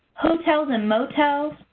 hotels and motels,